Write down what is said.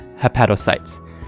hepatocytes